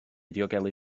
diogelu